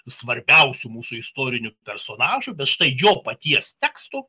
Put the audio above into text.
svarbiausių mūsų istorinių personažų bet štai jo paties tekstų